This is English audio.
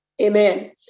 amen